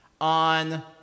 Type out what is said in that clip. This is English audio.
on